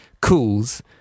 cools